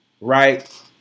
Right